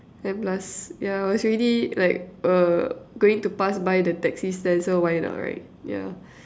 and plus yeah I was already like err going to pass by the taxi stand so why not right yeah